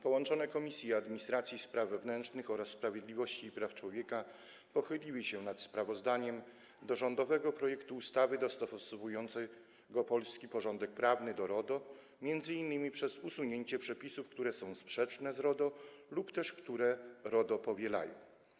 Połączone Komisje: Administracji i Spraw Wewnętrznych oraz Sprawiedliwości i Praw Człowieka pochyliły się nad sprawozdaniem dotyczącym rządowego projektu ustawy dostosowującej polski porządek prawny do RODO, m.in. przez usunięcie przepisów, które są sprzeczne z RODO lub też które RODO powielają.